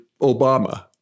Obama